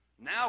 Now